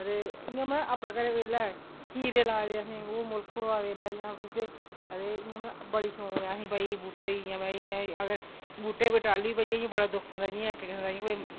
ते इ'यां मतलब अपने घरै दे इ'यै खीरे लाए दे असें ओह् इंया मतलब मुल्ख होआ दे सुद्दे ते इंटया मतलब बड़ी शौक ऐ असेंगी बूह्टें ई इंयां अगर बूह्टे दी कोई टाह्ली बी भज्जी जा ते बड़ा दुक्ख होंदा